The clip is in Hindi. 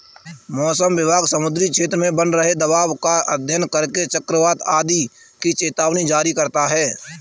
मौसम विभाग समुद्री क्षेत्र में बन रहे दबाव का अध्ययन करके चक्रवात आदि की चेतावनी जारी करता है